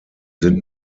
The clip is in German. sind